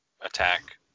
attack